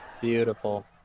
Beautiful